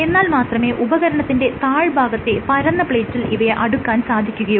എന്നാൽ മാത്രമേ ഉപകരണത്തിന്റെ താഴ്ഭാഗത്തെ പരന്ന പ്ലേറ്റിൽ ഇവയെ അടുക്കാൻ സാധിക്കുകയുള്ളു